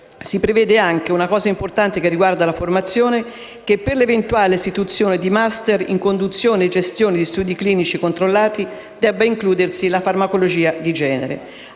si prevede anche una cosa importante che riguarda la formazione: per l'eventuale istituzione di *master* in conduzione e gestione di studi clinici controllati, si stabilisce che debba includersi la farmacologia di genere.